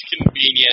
convenient